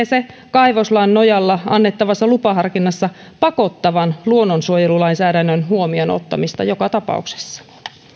se kaivoslain nojalla annettavassa lupaharkinnassa pakottavan luonnonsuojelulainsäädännön huomioon ottamista joka tapauksessa